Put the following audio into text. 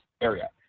area